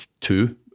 two